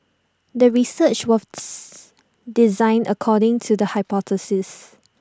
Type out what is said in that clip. the research was designed according to the hypothesis